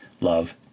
Love